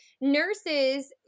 nurses